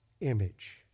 image